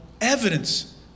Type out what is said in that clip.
evidence